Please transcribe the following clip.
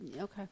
Okay